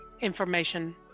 information